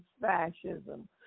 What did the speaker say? fascism